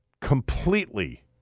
completely